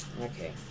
Okay